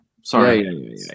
Sorry